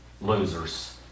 Losers